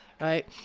right